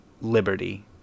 liberty